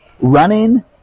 Running